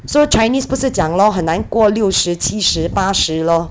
so chinese 不是讲 lor 很难过六十七十八十 lor